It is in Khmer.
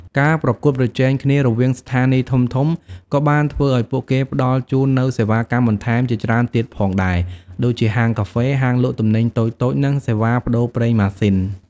ការប្រកួតប្រជែងគ្នារវាងស្ថានីយ៍ធំៗក៏បានធ្វើឱ្យពួកគេផ្តល់ជូននូវសេវាកម្មបន្ថែមជាច្រើនទៀតផងដែរ ដូចជាហាងកាហ្វេ ហាងលក់ទំនិញតូចៗ និងសេវាប្តូរប្រេងម៉ាស៊ីន។